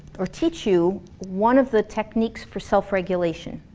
or teach you, one of the techniques for self-regulation.